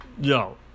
yo